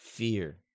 Fear